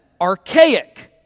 archaic